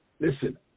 Listen